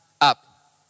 up